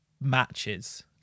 matches